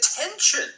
attention